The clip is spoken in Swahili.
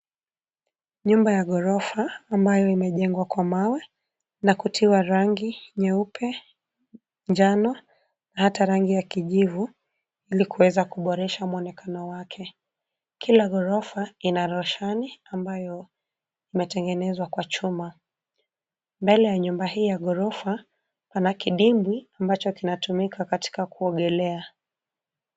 Nyumba ya gorofa ambayo imejengwa kwa mawe na kutiwa rangi nyeupe, njano, hata rangi ya kijivu ili kuweza kuboresha mwonekano wake. Kila gorofa ina roshani ambayo imetengenezwa kwa chuma. Mbele ya nyumba hii ya gorofa pana kidimbwi ambacho kinatumika katika kuogelea.